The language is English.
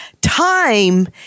time